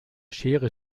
schere